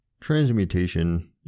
Transmutation